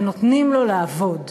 ולא נותנים לו לעבוד.